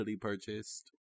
purchased